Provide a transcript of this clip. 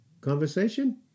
conversation